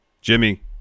Jimmy